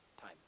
time